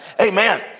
Amen